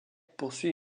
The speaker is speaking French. poursuit